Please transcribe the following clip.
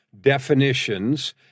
definitions